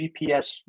GPS